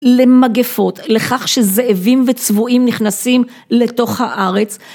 למגפות, לכך שזאבים וצבועים נכנסים לתוך הארץ